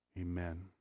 Amen